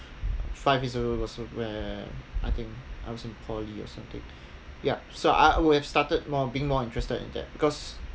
five years ago was where I think I was in poly or something yup so I would have started more being more interested in that because